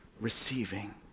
receiving